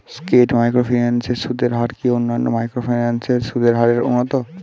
স্কেট microfinance এর সুদের হার কি অন্যান্য মাইক্রোফিন্যান্স এর সুদের হারের মতন?